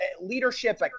leadership